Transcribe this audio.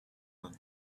one